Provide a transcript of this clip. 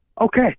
okay